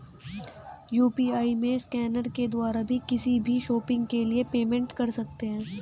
UPI में scanner के द्वारा भी किसी भी शॉपिंग के लिए पेमेंट कर सकते है